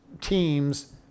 teams